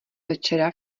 večera